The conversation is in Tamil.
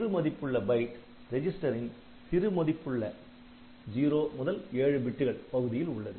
சிறு மதிப்புள்ள பைட் ரெஜிஸ்டரின் சிறு மதிப்புள்ள 0 முதல் 7 பிட்டுகள் பகுதியில் உள்ளது